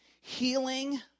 healing